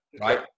right